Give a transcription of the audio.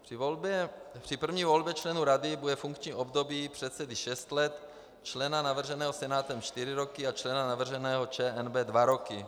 Při první volbě členů rady bude funkční období předsedy šest let, člena navrženého Senátem čtyři roky a člena navrženého ČNB dva roky.